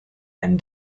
and